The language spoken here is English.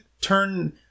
turn